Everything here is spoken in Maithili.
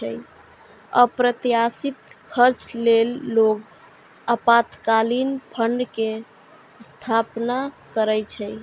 अप्रत्याशित खर्च लेल लोग आपातकालीन फंड के स्थापना करै छै